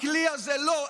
הכלי הזה לא,